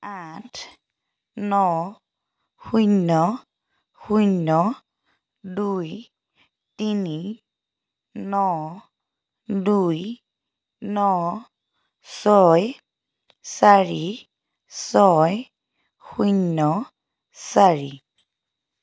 আঠ ন শূন্য শূন্য দুই তিনি ন দুই ন ছয় চাৰি ছয় শূন্য চাৰি